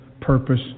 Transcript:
Purpose